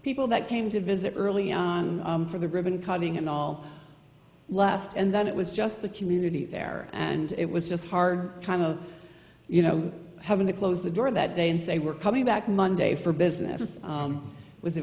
people that came to visit early on for the ribbon cutting and all left and then it was just the community there and it was just hard kind of you know having to close the door that day and say we're coming back monday for business was a